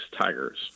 Tigers